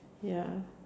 ya